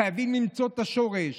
חייבים למצוא את השורש.